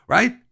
Right